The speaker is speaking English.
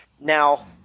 Now